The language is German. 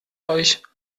euch